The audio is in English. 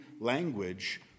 language